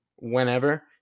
whenever